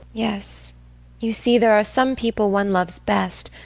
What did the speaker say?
yes you see there are some people one loves best,